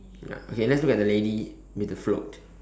ya okay let's look at the lady with the float